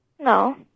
No